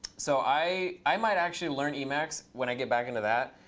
so i i might actually learn emacs when i get back into that.